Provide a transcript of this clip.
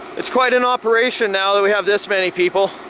it's quite an operation now that we have this many people.